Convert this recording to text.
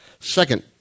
Second